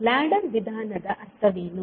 ladder ವಿಧಾನದ ಅರ್ಥವೇನು